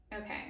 Okay